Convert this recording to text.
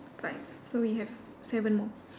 five so we have seven more